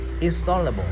Installable